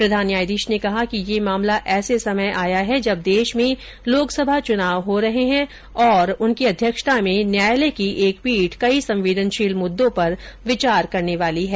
प्रधान न्यायाधीश ने कहा कि यह मामला ऐसे समय आया है जब देश में लोकसभा चूनाव हो रहे हैं और अगले सप्ताह उनकी अध्यक्षता में न्यायालय की एक पीठ कई संवेदनशील मुद्दों पर विचार करने वाली है